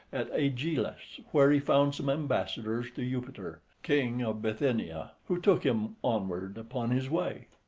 at aegialos, where he found some ambassadors to eupator, king of bithynia, who took him onward upon his way.